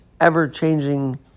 ever-changing